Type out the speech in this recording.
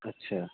अच्छा